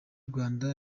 rwanda